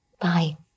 Bye